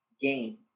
gain